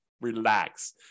relax